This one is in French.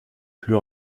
plus